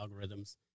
algorithms